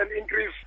increase